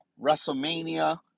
WrestleMania